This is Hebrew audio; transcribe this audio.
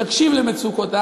יקשיב למצוקות.